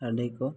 ᱟᱹᱰᱤ ᱠᱚ